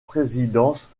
présidence